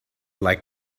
like